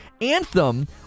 Anthem